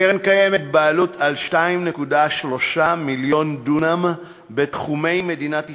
לקרן הקיימת בעלות על 2.3 מיליון דונם בתחומי מדינת ישראל,